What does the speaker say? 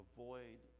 Avoid